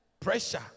pressure